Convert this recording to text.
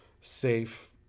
safe